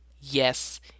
Yes